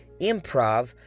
improv